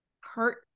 hurt